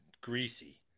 Greasy